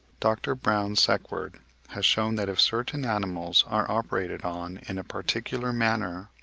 dr. brown-sequard has shewn that if certain animals are operated on in a particular manner,